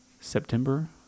September